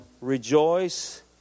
rejoice